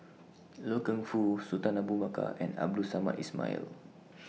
Loy Keng Foo Sultan Abu Bakar and Abdul Samad Ismail